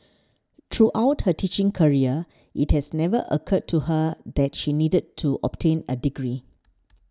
throughout her teaching career it has never occurred to her that she needed to obtain a degree